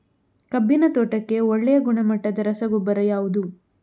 ಕಬ್ಬಿನ ತೋಟಕ್ಕೆ ಒಳ್ಳೆಯ ಗುಣಮಟ್ಟದ ರಸಗೊಬ್ಬರ ಯಾವುದು?